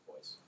voice